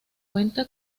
cuenta